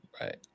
Right